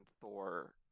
Thor